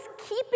keeping